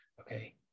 okay